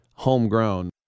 homegrown